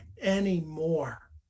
anymore